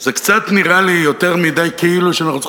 זה קצת נראה לי יותר מדי כאילו שאנחנו צריכים